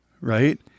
right